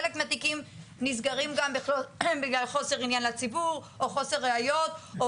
חלק מהתיקים נסגרים גם בגלל חוסר עניין לציבור או חוסר ראיות או